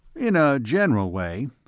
in a general way.